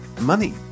Money